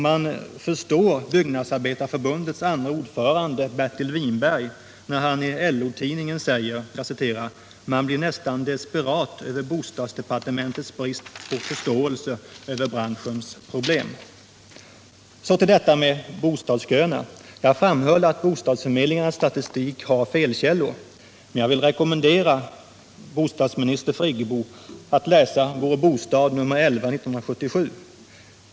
Man förstår Byggnadsarbetareförbundets andre ordförande Bertil Whinberg, när han i LO-tidningen skrev: ”Man blir nästan desperat över bostadsdepartementets brist på förståelse för branschens problem.” Så till bostadsköerna! Jag framhöll att bostadsförmedlingarnas statistik har brister, men jag vill rekommendera statsrådet Friggebo att läsa Vår Bostad nr 11 i år.